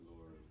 Lord